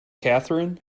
catherine